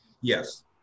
Yes